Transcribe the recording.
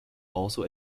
also